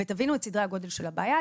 ותבינו את סדרי הגודל של הבעיה.